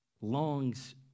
longs